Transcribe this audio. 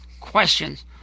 Questions